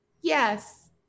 yes